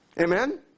Amen